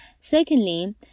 secondly